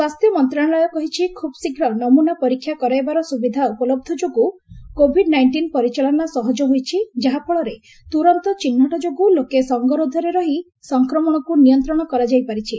ସ୍ୱାସ୍ଥ୍ୟ ମନ୍ତ୍ରଶାଳୟ କହିଛି ଖୁବ୍ ଶୀଘ୍ର ନମୁନା ପରୀକ୍ଷା କରାଇବାର ସ୍ତବିଧା ଉପଲହ୍ଧ ଯୋଗୁଁ କୋଭିଡ୍ ନାଇଞ୍ଜିନ୍ ପରିଚାଳନା ସହଜ ହୋଇଛି ଯାହାଫଳରେ ତୁରନ୍ତ ଚିହ୍ନଟ ଯୋଗୁଁ ଲୋକେ ସଙ୍ଗରୋଧରେ ରହି ସଂକ୍ରମଣକୁ ନିୟନ୍ତ୍ରଣ କରାଯାଇପାରିଛି